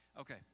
Okay